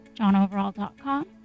johnoverall.com